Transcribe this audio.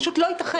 פשוט לא ייתכן.